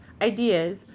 ideas